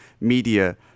media